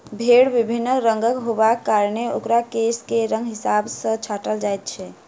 भेंड़ विभिन्न रंगक होयबाक कारणेँ ओकर केश के रंगक हिसाब सॅ छाँटल जाइत छै